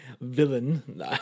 villain